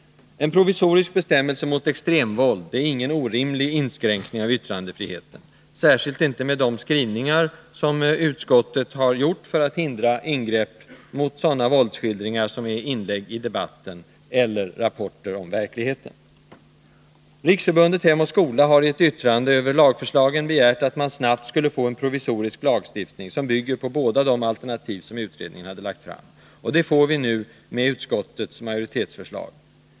En provisorisk bestämmelse mot extremvåld är ingen orimlig inskränkning av yttrandefriheten, särskilt inte med de skrivningar som utskottet har gjort, för att hindra ingrepp mot sådana våldsskildringar som är inlägg i debatten eller rapporter om verkligheten. Riksförbundet Hem och Skola har i ett yttrande över lagförslagen begärt att man snabbt skulle få fram en provisorisk lagstiftning, som bygger på båda de alternativ som utredningen har lagt fram. Det skulle vi få med utskottets majoritetsförslag.